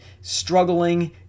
struggling